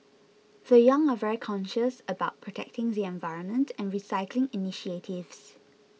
the young are very conscious about protecting the environment and recycling initiatives